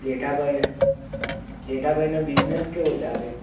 જેઠાભાઈ જેઠાભાઈનો બિઝનેસ કેવો ચાલે